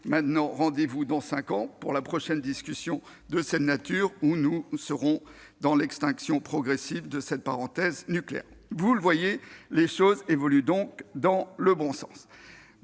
maintenant rendez-vous dans cinq ans pour la prochaine discussion de cette nature. Nous serons alors dans l'extinction progressive de cette parenthèse nucléaire. Les choses évoluent par conséquent dans le bon sens.